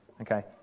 Okay